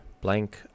blank